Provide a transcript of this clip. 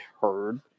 heard